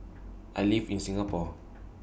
I live in Singapore